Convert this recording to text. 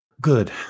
Good